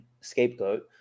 scapegoat